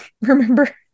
remember